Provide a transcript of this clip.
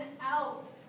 out